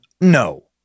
no